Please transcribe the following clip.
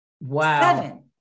Wow